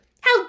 How